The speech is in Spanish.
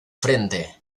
frente